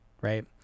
right